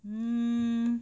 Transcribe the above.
mm